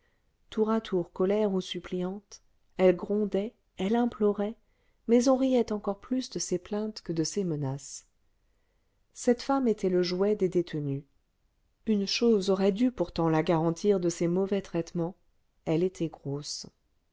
tour à tour colère ou suppliante elle grondait elle implorait mais on riait encore plus de ses plaintes que de ses menaces cette femme était le jouet des détenues une chose aurait dû pourtant la garantir de ces mauvais traitements elle était grosse